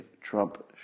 Trump